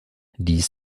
dies